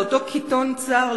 לאותו קיטון צר,